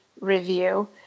review